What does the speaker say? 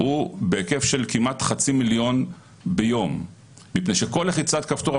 הוא בהיקף של כמעט חצי מיליון ביום משום שכל לחיצת כפתור,